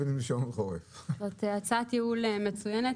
הצעת ייעול מצוינת.